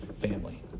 family